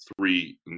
three